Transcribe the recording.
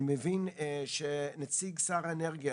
אני מבין שנציג שר האנרגיה,